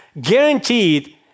Guaranteed